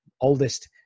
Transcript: oldest